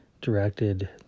directed